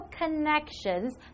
connections